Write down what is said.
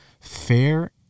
fair